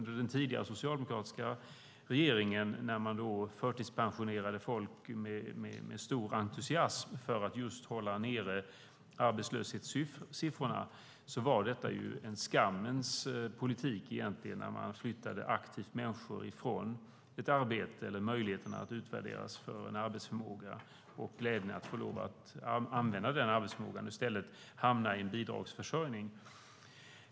Den tidigare socialdemokratiska regeringen lät förtidspensionera folk med stor entusiasm för att hålla ned arbetslöshetssiffrorna. Det var en skammens politik. Människor flyttades aktivt från ett arbete eller möjligheten att utvärderas för en arbetsförmåga och glädjen att använda den arbetsförmågan. I stället hamnade de i bidragsförsörjning.